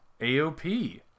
AOP